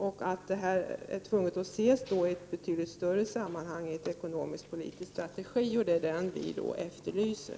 Det är nödvändigt att se den här frågan i ett betydligt större sammanhang, i en ekonomisk-politisk strategi. Det är den vi efterlyser.